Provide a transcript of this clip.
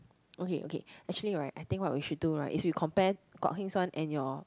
okay okay actually right I think what we should do right is we compare Kok-Hengs one and your